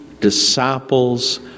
disciples